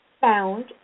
found